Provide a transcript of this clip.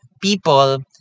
people